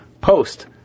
post